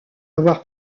avoir